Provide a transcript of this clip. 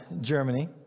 Germany